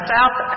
South